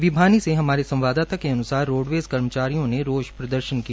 भिवानी से हमारे संवाददाता के अन्सार रोडवेज़ कर्मचारियों ने रोष प्रदर्शन किया